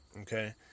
Okay